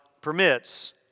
permits